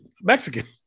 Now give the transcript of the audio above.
mexican